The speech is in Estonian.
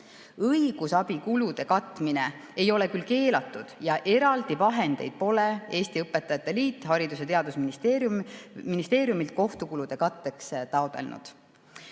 Õigusabikulude katmine ei ole keelatud ja eraldi vahendeid pole Eesti Õpetajate Liit Haridus‑ ja Teadusministeeriumilt kohtukulude katteks taotlenud.